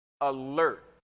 alert